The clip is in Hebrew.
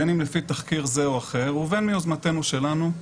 בין אם לפי תחקיר זה או אחר ובין אם מיוזמתנו שלנו,